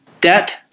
debt